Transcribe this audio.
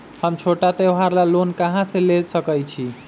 हम छोटा त्योहार ला लोन कहां से ले सकई छी?